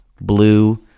Blue